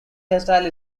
hairstyle